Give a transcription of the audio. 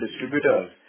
distributors